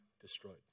destroyed